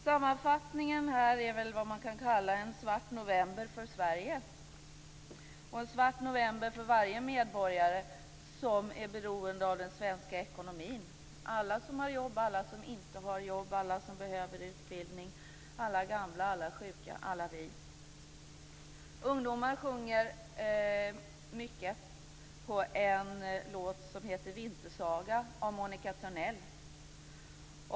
Sammanfattningen här är väl vad man kan kalla en svart november för Sverige och en svart november för varje medborgare som är beroende av den svenska ekonomin, dvs. alla som har jobb, alla som inte har jobb, alla som behöver utbildning, alla gamla, alla sjuka, alla vi. Ungdomar sjunger mycket på en låt som heter Vintersaga av Monica Törnell.